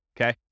Okay